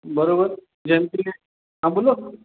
બરાબર જેમ કે હા બોલો